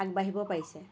আগবাঢ়িব পাৰিছে